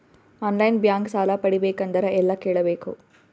On line bank ಸಾಲ ಪಡಿಬೇಕಂದರ ಎಲ್ಲ ಕೇಳಬೇಕು?